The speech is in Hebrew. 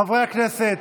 חברי הכנסת,